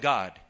God